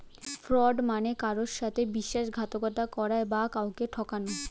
fraud মানে কারুর সাথে বিশ্বাসঘাতকতা করা বা কাউকে ঠকানো